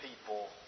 people